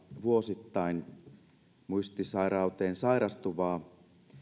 vuosittain muistisairauteen sairastuvaa